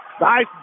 nice